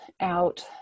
out